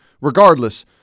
regardless